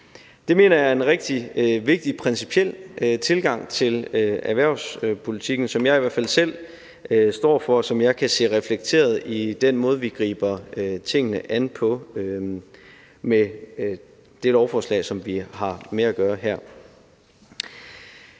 Det mener jeg er en rigtig vigtig principiel tilgang til erhvervspolitikken, som jeg i hvert fald selv står for, og som jeg kan se reflekteret i den måde, vi griber tingene an på med det lovforslag, som vi har med at gøre her.